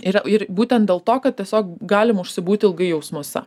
ir ir būtent dėl to kad tiesiog galim užsibūti ilgai jausmuose